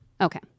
Okay